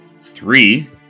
Three